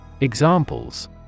Examples